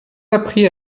appris